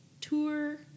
tour